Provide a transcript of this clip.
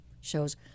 shows